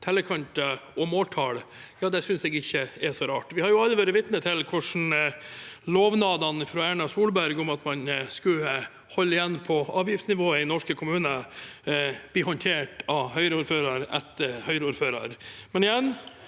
tellekanter og måltall, synes jeg ikke er så rart. Vi har jo alle vært vitne til hvordan lovnadene fra Erna Solberg om at man skulle holde igjen på avgiftsnivået i norske kommuner, blir håndtert av Høyre-ordfører etter Høyre-ordfører.